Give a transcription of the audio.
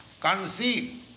conceive